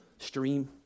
stream